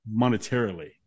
monetarily